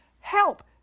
help